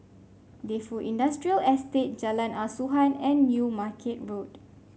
Defu Industrial Estate Jalan Asuhan and New Market Road